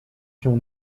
się